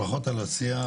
ברכות על הסיעה,